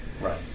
Right